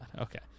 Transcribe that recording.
okay